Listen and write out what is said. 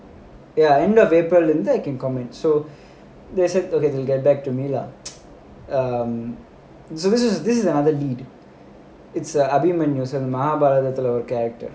ya end of april then I can commit so they said they will get back to me lah um so this is this is another lead it's a abhimanyu மஹாபாரதத்துல வர:mahabharathathula vara character